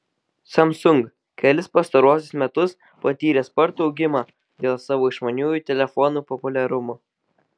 samsung kelis pastaruosius metus patyrė spartų augimą dėl savo išmaniųjų telefonų populiarumo